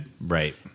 right